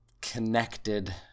connected